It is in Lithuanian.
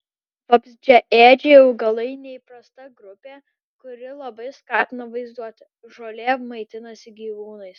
vabzdžiaėdžiai augalai neįprasta grupė kuri labai skatina vaizduotę žolė maitinasi gyvūnais